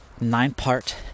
nine-part